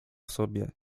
sobie